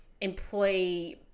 employee